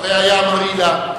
הרעיה מרילה,